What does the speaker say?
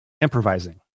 improvising